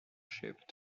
shipped